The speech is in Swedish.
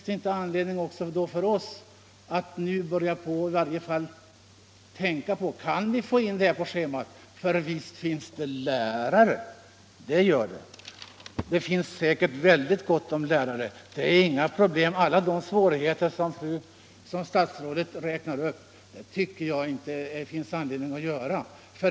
Det finns anledning också för oss att tänka över om vi kan få in en sådan undervisning på schemat. För visst finns det lärare! Det är säkert väldigt gott om lärare. Jag tycker inte att det är motiverat att räkna upp alla de svårigheter som fru statsrådet nämner.